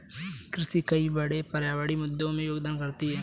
कृषि कई बड़े पर्यावरणीय मुद्दों में योगदान करती है